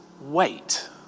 wait